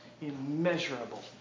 immeasurable